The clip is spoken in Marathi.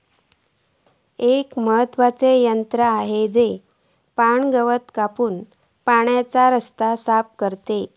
एक महत्त्वाचा यंत्र आसा जा पाणगवताक कापून पाण्याचो रस्तो साफ करता